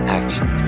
action